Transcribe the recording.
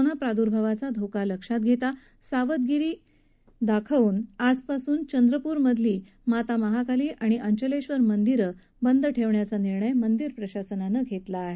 कोरोनाचा प्रादुर्भावाचा धोका लक्षात घेता सावधगिरी वापरत आजपासून चंद्रपूर मधली माता माहाकाली आणि अंचलेखर मंदिरं आजपासून बंद ठेवण्याचा निर्णय मंदिर प्रशासनानं घेतला आहेत